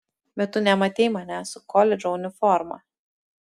bet tu nematei manęs su koledžo uniforma